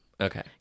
Okay